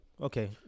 Okay